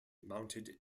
mounted